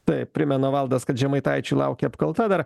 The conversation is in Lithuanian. tai primena valdas kad žemaitaičio laukia apkalta dar